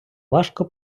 важко